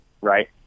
right